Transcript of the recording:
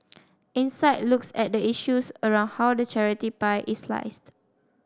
insight looks at the issues around how the charity pie is sliced